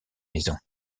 maison